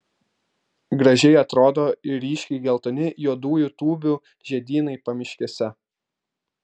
gražiai atrodo ir ryškiai geltoni juodųjų tūbių žiedynai pamiškėse